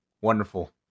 Wonderful